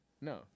No